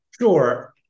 Sure